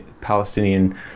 Palestinian